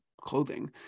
clothing